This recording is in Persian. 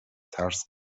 ترس